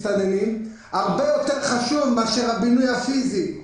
הרבה יותר חשוב מאשר הבינוי הפיזי.